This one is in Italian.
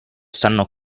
stanno